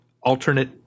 alternate